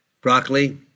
broccoli